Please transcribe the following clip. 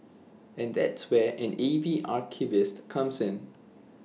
and that's where an A V archivist comes in